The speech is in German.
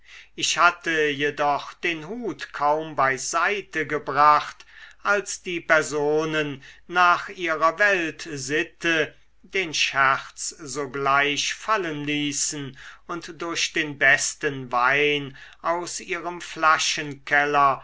ich hatte jedoch den hut kaum beiseitegebracht als die personen nach ihrer weltsitte den scherz sogleich fallen ließen und durch den besten wein aus ihrem